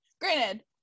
Granted